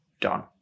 done